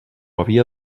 havia